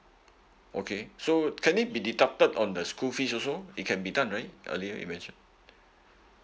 okay so can it be deducted on the school fees also it can be done right earlier you mentioned